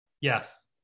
Yes